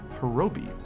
Hirobi